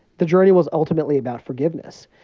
the journey was ultimately about forgiveness.